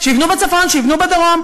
שיבנו בצפון, שיבנו בדרום.